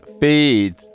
feed